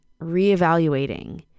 reevaluating